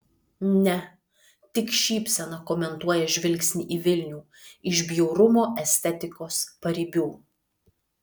ne tik šypsena komentuoja žvilgsnį į vilnių iš bjaurumo estetikos paribių